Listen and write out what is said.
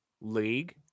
league